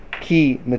key